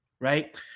right